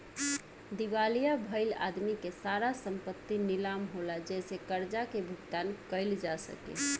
दिवालिया भईल आदमी के सारा संपत्ति नीलाम होला जेसे कर्जा के भुगतान कईल जा सके